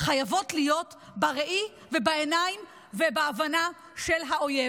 חייבות להיות בראי ובעיניים ובהבנה של האויב.